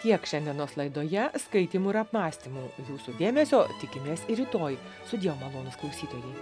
tiek šiandienos laidoje skaitymų ir apmąstymų jūsų dėmesio tikimės rytoj sudie malonūs klausytojai